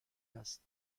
است